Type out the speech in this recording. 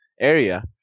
Area